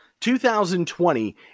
2020